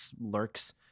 lurks